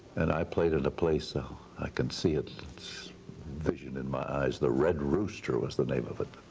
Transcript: and i played at a place, so i can see its vision in my eyes, the red rooster was the name of it.